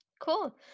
cool